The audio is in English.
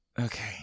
Okay